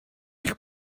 eich